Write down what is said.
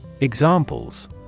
Examples